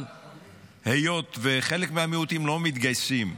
אבל היות שחלק מהמיעוטים לא מתגייסים,